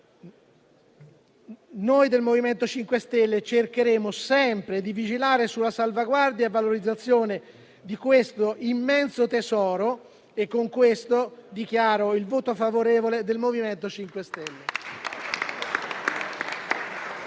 Noi del MoVimento 5 Stelle cercheremo sempre di vigilare sulla salvaguardia e valorizzazione di questo immenso tesoro. Con questo, dichiaro il voto favorevole del MoVimento 5 Stelle.